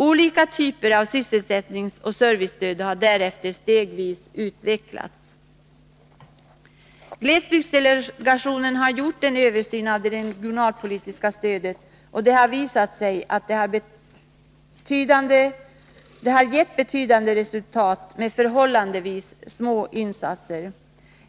Olika typer av sysselsättningsoch servicestöd har därefter stegvis utvecklats. Glesbygdsdelegationen har gjort en översyn av det regionalpolitiska stödet, och det har visat sig att det har gett betydande resultat med förhållandevis små insatser.